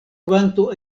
kvanto